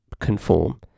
conform